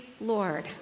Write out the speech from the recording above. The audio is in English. Lord